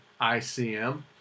ICM